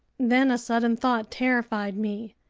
then a sudden thought terrified me.